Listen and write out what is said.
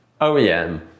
OEM